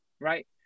right